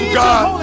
God